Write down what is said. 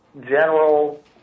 general